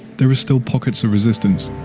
there are still pockets of resistance,